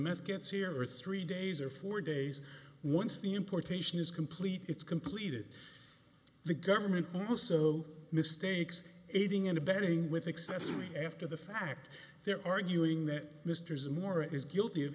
mess gets here are three days or four days once the importation is complete it's completed the government also mistakes aiding and abetting with accessory after the fact they're arguing that mr zimmer is guilty of